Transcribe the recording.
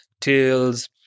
tales